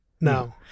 no